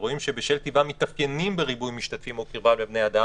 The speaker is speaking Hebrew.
מה קורה במצב הזה?